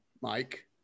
Mike